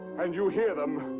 and you hear them.